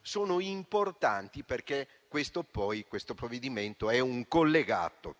sono importanti, perché questo provvedimento è un collegato